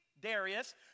Darius